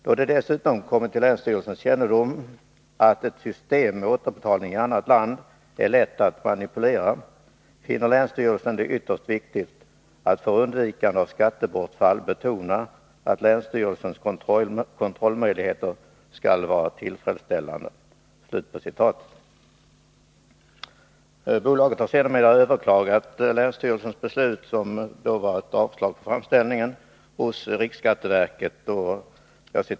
Då det dessutom kommit till länsstyrelsens kännedom att ett system med återbetalning i annat land är lätt att manipulera finner länsstyrelsen det ytterst viktigt att för undvikande av skattebortfall betona att länsstyrelsens kontrollmöjligheter skall vara tillfredsställande.” Bolaget har sedermera överklagat länsstyrelsens beslut — ett avslag på framställningen — hos riksskatteverket.